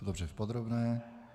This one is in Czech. Dobře, v podrobné.